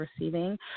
receiving